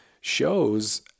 shows